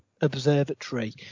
Observatory